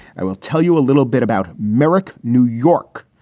i will tell you a little bit about merrick, new york.